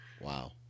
Wow